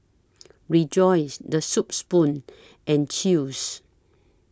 Rejoice The Soup Spoon and Chew's